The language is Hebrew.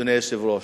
אדוני היושב-ראש,